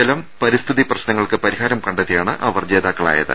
ജലം പരിസ്ഥിതി പ്രശ്നങ്ങൾക്ക് പരിഹാരം കണ്ടെത്തി യാണ് അവർ ജേതാക്കളായത്